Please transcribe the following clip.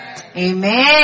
Amen